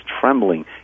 trembling